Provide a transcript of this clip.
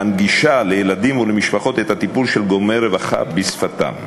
המנגישה לילדים ולמשפחות את הטיפול של גורמי הרווחה בשפתם.